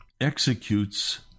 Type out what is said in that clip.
executes